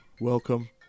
welcome